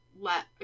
let